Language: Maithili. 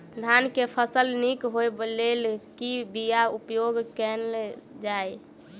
धान केँ फसल निक होब लेल केँ बीया उपयोग कैल जाय?